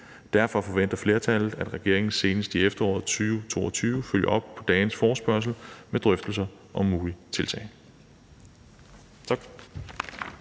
Derfor forventer flertallet, at regeringen senest i efteråret 2022 følger op på dagens forespørgsel med drøftelser om mulige tiltag.«